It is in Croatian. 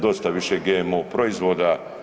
Dosta više GMO proizvoda.